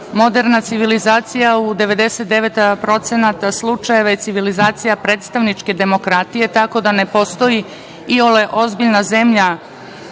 moderna civilizacija u 99% slučajeva je civilizacija predstavničke demokratije, tako da ne postoji iole ozbiljna zemlja